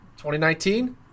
2019